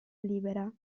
libera